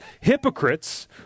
Hypocrites